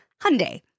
Hyundai